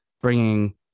bringing